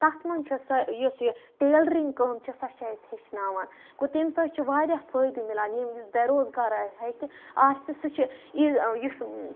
تَتھ منٛز چھےٚ سۄ یُس یہِ ٹیلرِنٛگ کٲم چھےٚ سۄ چھےٚ اَسہِ ہیٚچھناوان گوٚو تَمہِ سۭتۍ چھِ واریاہ فٲیدٕ مِلان ییٚمہِ یُس بے روزگار ہیٚکہِ آسہِ سُہ چھِ یُس